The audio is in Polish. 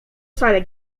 salę